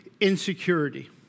insecurity